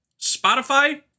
Spotify